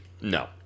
No